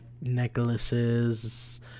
necklaces